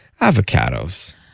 Avocados